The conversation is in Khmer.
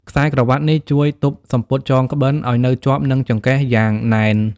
ខ្សែក្រវាត់នេះជួយទប់សំពត់ចងក្បិន ឱ្យនៅជាប់នឹងចង្កេះយ៉ាងណែន។